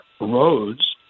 roads